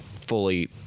fully